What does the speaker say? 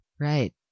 Right